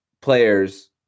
players